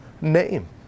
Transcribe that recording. name